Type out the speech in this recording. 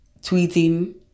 tweeting